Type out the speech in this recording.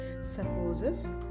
supposes